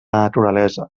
naturalesa